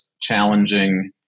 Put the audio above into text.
challenging